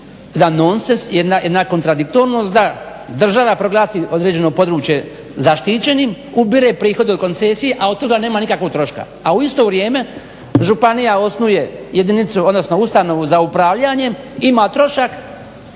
jedan nocens, jedna kontradiktornost da država proglasi određeno područje zaštićenim, ubire prihode o koncesiji a od toga nema nikakvog troška a u isto vrijeme županija osnuje jedinicu odnosno ustanovu za upravljanje, ima trošak